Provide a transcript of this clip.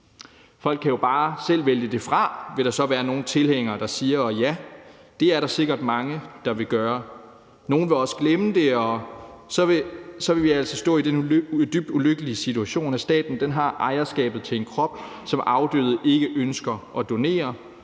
nogle tilhængere, der siger, at folk jo så bare selv kan vælge det fra, og ja, det er der sikkert mange der vil gøre, men nogle vil også glemme det, og så vil vi altså stå i den dybt ulykkelig situation, at staten har ejerskabet til en krop, som afdøde ikke ønsker at donere,